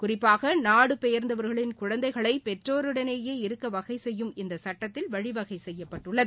குறிப்பாக நாடு பெயர்ந்தவர்களின் குழந்தைகளை பெற்றோருடனேயே இருக்க வகை செய்யவும் இந்த சட்டத்தில் வழிவகை செய்யப்பட்டுள்ளது